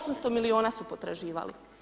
800 milijuna su potraživali.